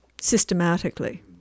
systematically